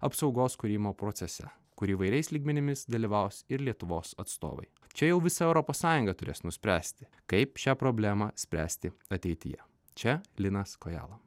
apsaugos kūrimo procese kur įvairiais lygmenimis dalyvaus ir lietuvos atstovai čia jau visa europos sąjunga turės nuspręsti kaip šią problemą spręsti ateityje čia linas kojala